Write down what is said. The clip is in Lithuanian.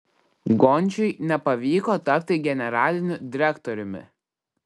gončiui nepavyko tapti generaliniu direktoriumi